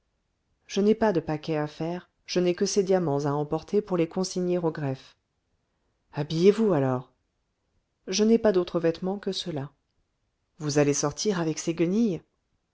je n'ai pas de paquet à faire je n'ai que ces diamants à emporter pour les consigner au greffe habillez-vous alors je n'ai pas d'autres vêtements que ceux-là vous allez sortir avec ces guenilles